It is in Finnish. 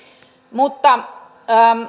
mutta